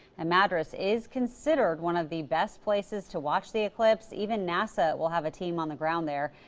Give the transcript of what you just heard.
and madras is considered one of the best places to watch the eclipse. even nasa will have a team on the ground there.